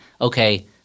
Okay